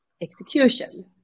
execution